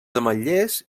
ametllers